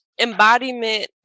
embodiment